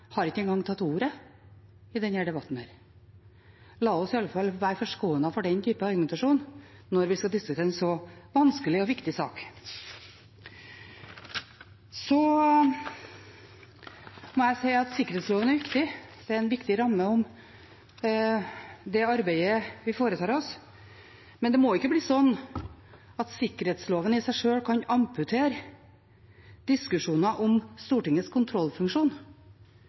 har ikke engang tatt ordet i denne debatten. La oss iallfall være forskånet for den typen argumentasjon når vi skal diskutere en så vanskelig og viktig sak. Så må jeg si at sikkerhetsloven er viktig. Det er en viktig ramme om det arbeidet vi foretar oss. Men det må ikke bli slik at sikkerhetsloven i seg sjøl kan amputere diskusjoner om Stortingets kontrollfunksjon,